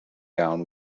gown